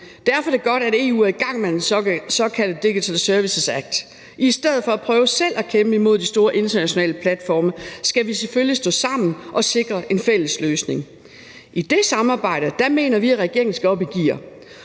Derfor er det godt, at EU er i gang med den såkaldte Digital Services Act. I stedet for at prøve selv at kæmpe imod de store internationale platforme skal vi selvfølgelig stå sammen og sikre en fælles løsning. I det samarbejde mener vi, at regeringen skal op i gear.